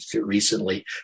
recently